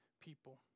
people